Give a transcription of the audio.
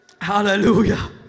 Hallelujah